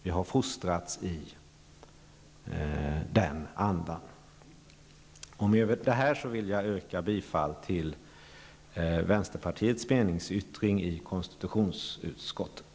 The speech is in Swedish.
Vi har fostrats i den andan. Med det här vill jag yrka bifall till vänsterpartiets meningsyttring i konstitutionsutskottet.